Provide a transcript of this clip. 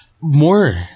More